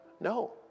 No